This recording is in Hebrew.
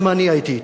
גם אני הייתי אתו.